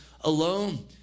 alone